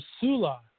Sula